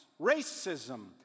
racism